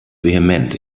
vehement